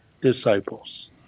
disciples